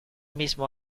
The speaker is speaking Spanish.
mismo